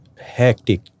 hectic